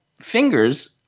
fingers